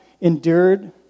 endured